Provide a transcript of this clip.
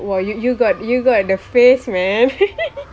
!wah! you you got you got the face man